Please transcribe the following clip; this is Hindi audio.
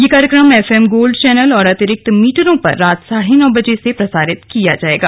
यह कार्यक्रम एफ एम गोल्ड चैनल और अतिरिक्त मीटरों पर रात साढ़े नौ बजे से प्रसारित किया जायेगा